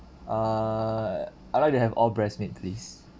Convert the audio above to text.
err I'd like to have all breast meat please